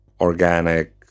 organic